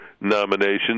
nominations